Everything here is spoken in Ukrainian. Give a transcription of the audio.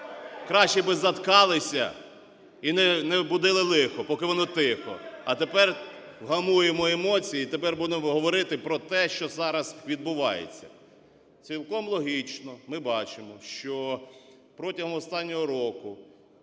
Краще би заткалися і "не будили лихо, поки воно тихо". А тепер вгамуємо емоції, тепер будемо говорити про те, що зараз відбувається. Цілком логічно, ми бачимо, що протягом останнього року